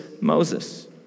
Moses